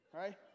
right